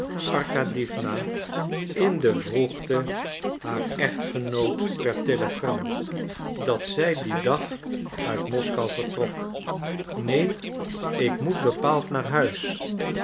arkadiewna in de vroegte haar echtgenoot per telegram dat zij dien dag uit moskou vertrok neen ik moet bepaald naar huis